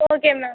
okay ma'am